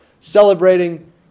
celebrating